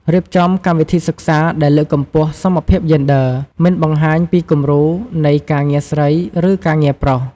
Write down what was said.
រៀបចំកម្មវិធីសិក្សាដែលលើកកម្ពស់សមភាពយេនឌ័រ មិនបង្ហាញពីគំរូនៃ "ការងារស្រី" ឬ "ការងារប្រុស"។